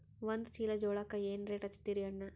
ಒಂದ ಚೀಲಾ ಜೋಳಕ್ಕ ಏನ ರೇಟ್ ಹಚ್ಚತೀರಿ ಅಣ್ಣಾ?